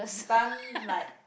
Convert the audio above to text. pump like